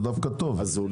זה דווקא טוב.